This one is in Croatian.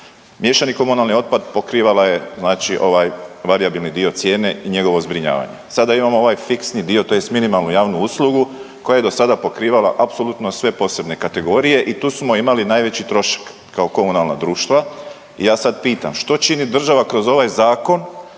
Miješani komunalni otpad pokrivala je znači ovaj varijabilni dio cijene i njegovo zbrinjavanje. Sada imamo ovaj fiksni dio tj. minimalnu javnu uslugu koja je do sada pokrivala apsolutno sve posebne kategorije i tu smo imali najveći trošak kao komunalna društva. I ja sad pitam, što čini država kroz ovaj zakon